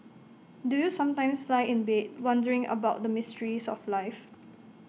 do you sometimes lie in bed wondering about the mysteries of life